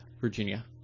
Virginia